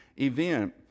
event